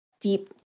deep